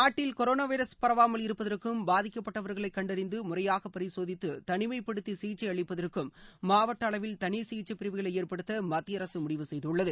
நாட்டில் corona virus பரவாமல் இருப்பதற்கும் பாதிக்கப்பட்டவர்களை கண்டறிந்து முறையாக பரிசோதித்து தனிமைப்படுத்தி சிகிச்சை அளிப்பதற்கும் மாவட்ட அளவில் தனி சிகிச்சைப்பிரிவுகளை ஏற்படுத்த மத்திய அரசு முடிவு செய்துள்ளது